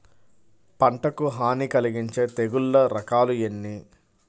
పంటకు హాని కలిగించే తెగుళ్ల రకాలు ఎన్ని?